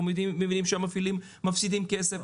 אנחנו מבינים שהמפעילים מפסידים כסף,